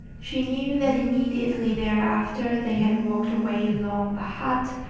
she knew that immediately thereafter they had walked away along a hot,